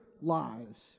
lives